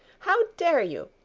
how dare you?